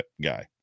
guy